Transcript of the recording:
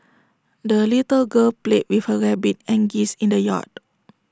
the little girl played with her rabbit and geese in the yard